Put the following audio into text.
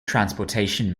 transportation